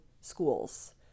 schools